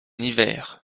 hiver